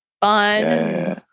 fun